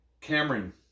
Cameron